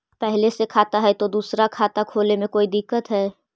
पहले से खाता है तो दूसरा खाता खोले में कोई दिक्कत है?